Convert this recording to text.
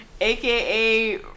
AKA